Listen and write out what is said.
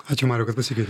ačiū mariau kad pasikvietei